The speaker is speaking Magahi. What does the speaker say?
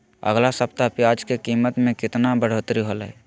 अगला सप्ताह प्याज के कीमत में कितना बढ़ोतरी होलाय?